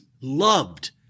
loved